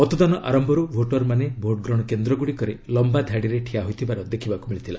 ମତଦାନ ଆରମ୍ଭରୁ ଭୋଟରମାନେ ଭୋଟଗ୍ରହଣ କେନ୍ଦ୍ର ଗୁଡ଼ିକରେ ଲମ୍ଘା ଧାଡ଼ିରେ ଠିଆ ହୋଇଥିବାର ଦେଖିବାକୁ ମିଳିଥିଲା